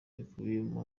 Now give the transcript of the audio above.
rikubiyemo